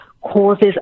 causes